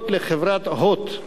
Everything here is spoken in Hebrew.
הנוגעות לחברת "הוט,